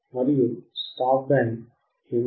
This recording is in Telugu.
మరియు స్టాప్ బ్యాండ్ ఏమిటి